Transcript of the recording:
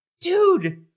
Dude